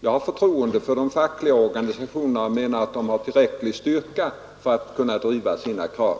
Jag har förtroende för de fackliga organisationerna och menar att de har tillräcklig styrka för att kunna driva sina krav.